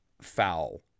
foul